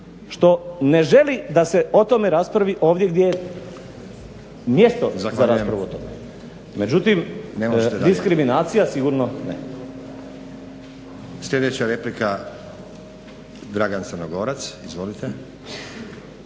što ne želi da se o tome raspravi ovdje gdje je mjesto za raspravu o tome. Međutim, diskriminacija sigurno ne.